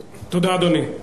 תודה, אדוני.